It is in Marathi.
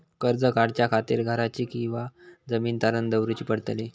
कर्ज काढच्या खातीर घराची किंवा जमीन तारण दवरूची पडतली?